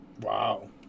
Wow